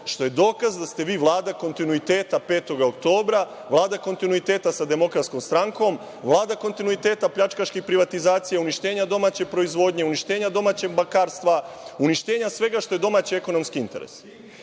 što je dokaz da ste vi Vlada kontinuiteta 5. oktobra. Vlada kontinuiteta sa Demokratskom strankom, Vlada kontinuiteta pljačkaških privatizacija, uništenja domaće proizvodnje, uništenja domaćeg bankarstva, uništenja svega što je domaći ekonomski interes.